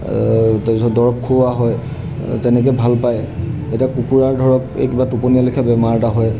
তাৰপিছত দৰৱ খুওৱা হয় তেনেকৈ ভাল পায় এতিয়া কুকুৰাৰ ধৰক এই কিবা টোপনি লেখীয়া বেমাৰ এটা হয়